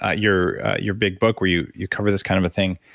ah your your big book where you you cover this kind of thing.